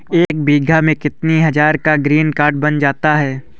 एक बीघा में कितनी हज़ार का ग्रीनकार्ड बन जाता है?